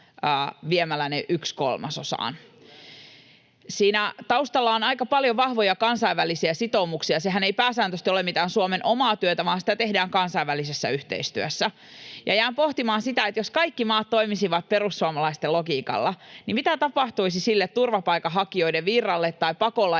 yhteen kolmasosaan. Siinä taustalla on aika paljon vahvoja kansainvälisiä sitoumuksia. Sehän ei pääsääntöisesti ole mitään Suomen omaa työtä, vaan sitä tehdään kansainvälisessä yhteistyössä, ja jään pohtimaan sitä, että jos kaikki maat toimisivat perussuomalaisten logiikalla, mitä tapahtuisi sille turvapaikanhakijoiden virralle tai pakolaisriskille,